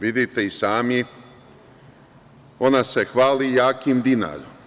Vidite i sami, ona se hvali jakim dinarom.